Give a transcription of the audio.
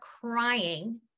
crying